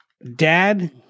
Dad